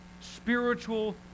spiritual